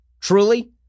Truly